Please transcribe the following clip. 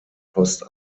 post